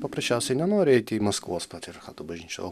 paprasčiausiai nenori eiti į maskvos patriarchato bažnyčią o